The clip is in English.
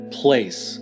place